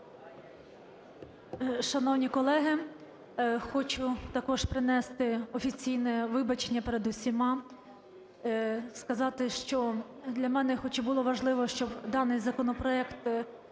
Шановні колеги! Хочу також принести офіційне вибачення перед усіма, сказати, що, для мене хоч і було важливо, щоб даний законопроект